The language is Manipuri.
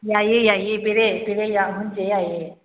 ꯌꯥꯏꯌꯦ ꯌꯥꯏꯌꯦ ꯄꯦꯔꯦ ꯄꯦꯔꯦ ꯌꯥꯎꯍꯟꯁꯦ ꯌꯥꯏꯌꯦ